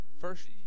first